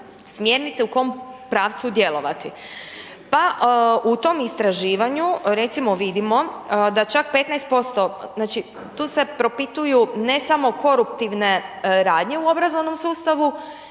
smjernice u kojem pravcu djelovati. Pa u tom istraživanju, recimo vidimo, da čak 15%, znači tu se propituju, ne samo koruptivne radnje u obrazovnog sustavu,